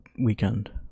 weekend